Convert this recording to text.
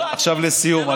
אבל עכשיו לסיום,